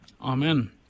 Amen